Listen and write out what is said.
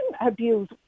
abuse